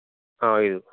ఐదు